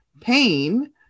pain